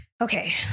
okay